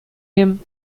him